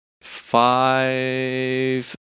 Five